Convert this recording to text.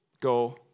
Go